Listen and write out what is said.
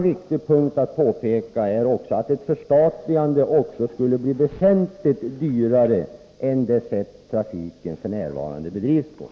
Viktigt att peka på är också att ett förstatligande skulle bli väsentligt dyrare än att driva trafiken på samma sätt som nu.